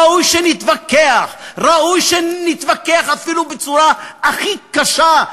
ראוי שנתווכח, ראוי שנתווכח אפילו בצורה הכי קשה,